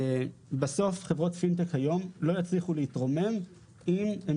בסוף חברות פינטק היום לא יצליחו להתרומם אם הן